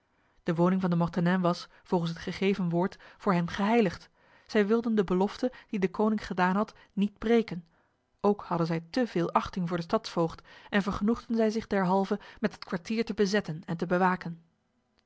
de woning van de mortenay was volgens het gegeven woord voor hen geheiligd zij wilden de belofte die deconinck gedaan had niet breken ook hadden zij te veel achting voor de stadsvoogd en vergenoegden zij zich derhalve met het kwartier te bezetten en te bewaken